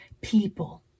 people